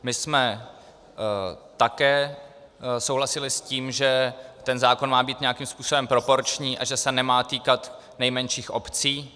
My jsme také souhlasili s tím, že ten zákon má být nějakým způsobem proporční a že se nemá týkat nejmenších obcí.